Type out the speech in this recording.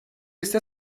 ise